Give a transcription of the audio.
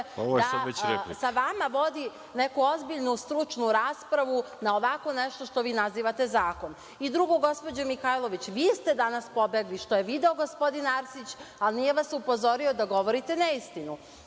…da sa vama vodi neku ozbiljnu stručnu raspravu na ovako nešto što vi nazivate zakonom. Drugo, gospođo Mihajlović, vi ste danas pobegli, što je video gospodin Arsić, ali nije vas upozorio da govorite neistinu.